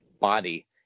body